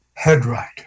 headright